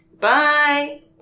Bye